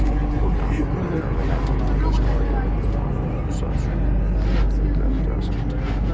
भुगतान रोकै लेल आवेदन ऑनलाइन, कस्टमर केयर पर फोन सं स्वयं बैंक जाके कैल जा सकैए